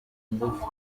ngufu